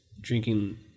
drinking